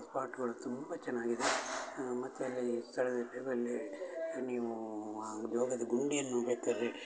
ಸ್ಪಾಟ್ಗಳು ತುಂಬ ಚೆನ್ನಾಗಿದೆ ಮತ್ತು ಅಲ್ಲಿ ಸ್ಥಳದ ನೀವೂ ಆ ಜೋಗದ ಗುಂಡಿಯನ್ನು ಬೇಕಾದ್ರೆ